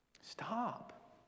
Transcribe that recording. Stop